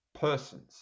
persons